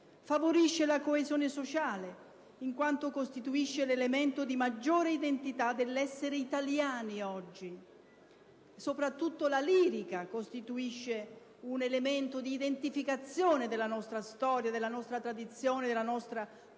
favorisce la coesione sociale, in quanto costituisce l'elemento di maggiore identità dell'essere italiani oggi. Soprattutto la lirica costituisce un elemento di identificazione della nostra storia, della nostra tradizione, della nostra cultura,